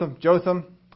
Jotham